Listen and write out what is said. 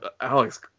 Alex